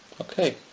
Okay